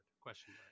question